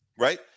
Right